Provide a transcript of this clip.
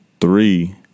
Three